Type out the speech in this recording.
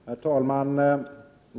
Herr talman!